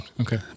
Okay